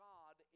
God